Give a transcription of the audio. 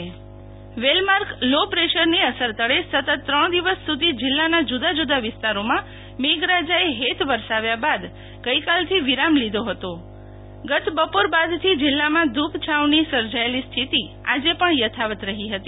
શિતલ વૈશ્વવ હવામાન well marked low પ્રેસરની અસર તળે સતત ત્રણ દિવસ સુધી જિલ્લાના જુદાજુદા વિસ્તારોમાં મેઘરાજાએ હેત વરસાવ્યા બાદ ગઈકાલથી વિરામ લીધો હતો ગત બપોર બાદથી જિલ્લામાં ધુ પછાંવની સર્જાયેલી સ્થિતિ આજે પણ યથાવત રહી હતી